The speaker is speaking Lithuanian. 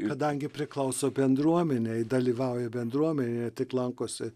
kadangi priklauso bendruomenei dalyvauja bendruomenėj ne tik lankosi